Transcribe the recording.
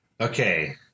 Okay